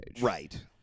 right